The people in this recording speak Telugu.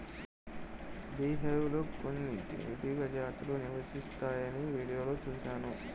బీహైవ్ లో కొన్ని తేనెటీగ జాతులు నివసిస్తాయని వీడియోలో చూశాను